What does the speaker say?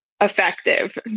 effective